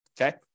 Okay